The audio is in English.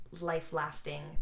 life-lasting